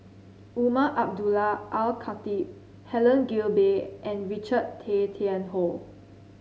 Umar Abdullah Al Khatib Helen Gilbey and Richard Tay Tian Hoe